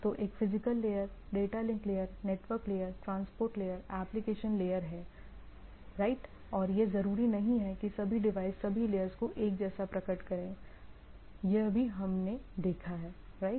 तो एक physical layer data link layer network layer transport layer application layer है right और यह जरूरी नहीं है कि सभी डिवाइस सभी लेयर्स को एक जैसा प्रकट करें यह भी हमने देखा है राइट